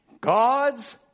God's